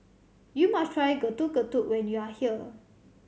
you must try Getuk Getuk when you are here